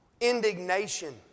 indignation